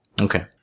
Okay